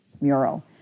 mural